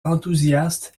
enthousiaste